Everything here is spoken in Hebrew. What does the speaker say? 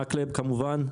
למקלב כמובן,